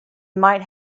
might